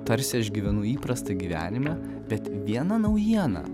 tarsi aš gyvenu įprastą gyvenimą bet viena naujiena